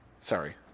sorry